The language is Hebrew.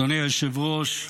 אדוני היושב-ראש,